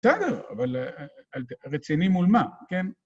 בסדר, אבל רציני מול מה, כן?